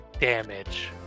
damage